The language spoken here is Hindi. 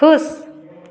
खुश